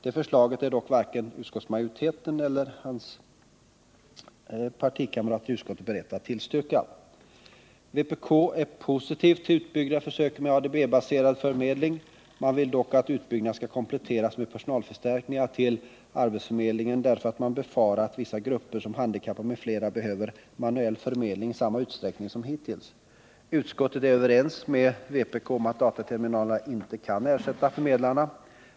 Det förslaget är dock varken utskottsmajoriteten eller herr Turessons partikamrater i utskottet beredda att tillstyrka. Vpk är positivt till de utbyggda försöken med ADB-baserad förmedling. Man vill dock att utbyggnaden skall kompletteras med personalförstärkning till arbetsförmedlingen därför att man befarar att vissa grupper som handikappade m.fl. behöver ”manuell” förmedling i samma utsträckning som hittills. Utskottet är överens med vpk om att dataterminalerna inte kan ersätta förmedlarna.